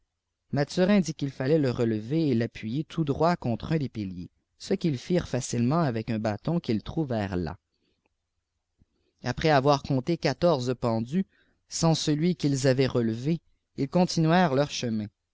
mathurin dit qu'il fallait le relever et l'appuyer tout droit contre un des piliers ce qu'ils firent facilement avec il bâton qu'ils trouvèrent là après avoir compté quatorze pendus sans celui qu'ils avaient relevé ils continuèrent leur chemin